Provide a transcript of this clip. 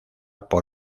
por